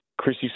Chrissy